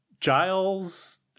Giles